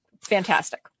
fantastic